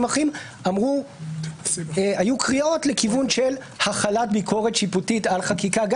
אחרים היו קריאות להחלת ביקורת שיפוטית על חקיקה,